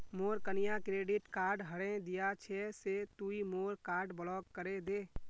मोर कन्या credit card हरें दिया छे से तुई मोर कार्ड ब्लॉक करे दे